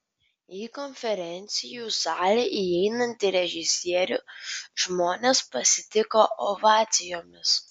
į konferencijų salę įeinantį režisierių žmonės pasitiko ovacijomis